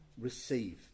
receive